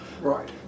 Right